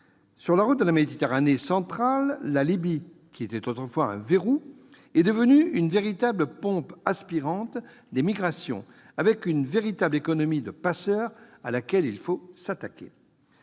Sur la route de la Méditerranée centrale, la Libye, qui était autrefois un verrou, est devenue une véritable pompe aspirante des migrations, avec une véritable économie des passeurs à laquelle il faut s'attaquer.